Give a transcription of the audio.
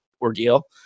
ordeal